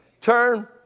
Turn